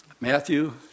Matthew